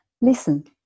Listen